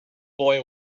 boy